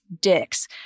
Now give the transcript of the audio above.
dicks